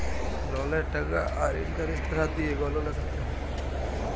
ললের টাকা আর ইলটারেস্টের হার দিঁয়ে গললা ক্যরতে হ্যয়